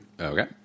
okay